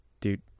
Dude